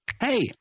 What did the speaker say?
hey